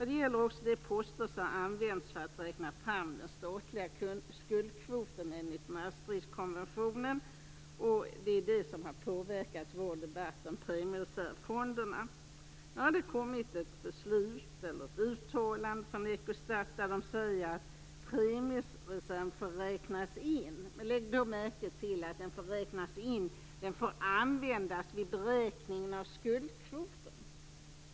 Det gäller också de poster som används för att räkna fram den statliga skuldkvoten enligt Maastrichtkonventionen, och det är det som har påverkat vår debatt om premiereservfonderna. Nu har det kommit ett uttalande från Ecostat, där man säger att premiereserven får räknas in. Lägg märke till att den får användas vid beräkningen av skuldkvoten.